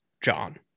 John